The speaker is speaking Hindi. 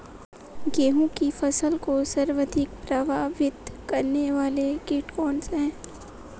गेहूँ की फसल को सर्वाधिक प्रभावित करने वाला कीट कौनसा है?